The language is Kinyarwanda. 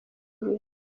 ibiri